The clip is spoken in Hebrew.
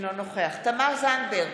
אינו נוכח תמר זנדברג,